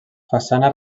façana